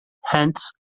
hence